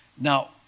Now